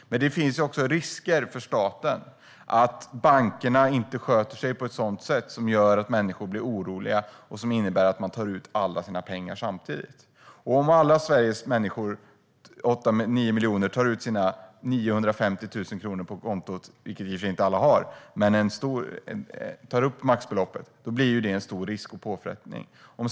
Men det finns också en risk för staten att bankerna inte sköter sig, vilket kan göra att människor blir oroliga och att alla tar ut sina pengar samtidigt. Om alla Sveriges 9 miljoner invånare tar ut sina 950 000 kronor på kontot - vilket i och för sig inte alla har, men om de tar ut maxbeloppet - blir det en stor risk och påfrestning.